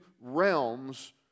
realms